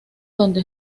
donde